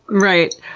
right.